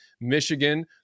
Michigan